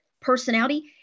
personality